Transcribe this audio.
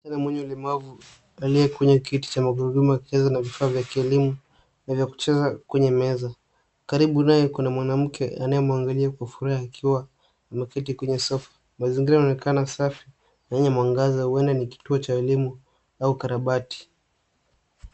Msichana mwenye ulemavu aliye kwenye kiti cha magurudumu akicheza na vifaa vya kielimu na vya kucheza kwenye meza. Karibu naye kuna mwanamke anayemwaangalia kwa furaha akiwa ameketi kwenye sofa. Mazingira yanaonekana safi na yenye mwangaza, huenda ni kituo cha elimu au karabati.